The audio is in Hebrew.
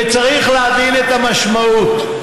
וצריך להבין את המשמעות: